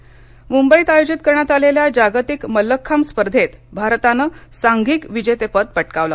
मल्लखांब मुंबईत आयोजित करण्यात आलेल्या जागतिक मल्लखांब स्पर्धेत भारतानं सांघिक विजेतेपद पटकावलं